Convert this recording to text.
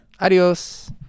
Adios